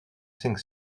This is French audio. cinq